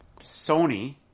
Sony